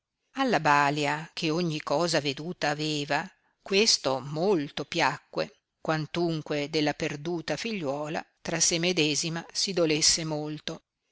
alla balia che ogni cosa veduta aveva questo molto piacque quantunque della perduta figliuola tra se medesima si dolesse molto